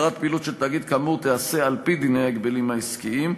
הסדרת פעילות של תאגיד כאמור תיעשה על-פי דיני ההגבלים העסקיים,